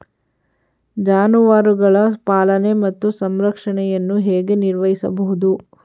ಜಾನುವಾರುಗಳ ಪಾಲನೆ ಮತ್ತು ಸಂರಕ್ಷಣೆಯನ್ನು ಹೇಗೆ ನಿರ್ವಹಿಸಬಹುದು?